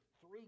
three